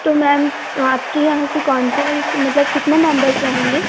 तो मैम आपके यहाँ से कौन कौन मतलब कितने मेंबर्स रहेंगे